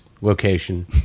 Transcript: location